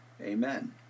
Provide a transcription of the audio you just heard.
Amen